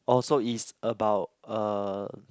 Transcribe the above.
oh so is about uh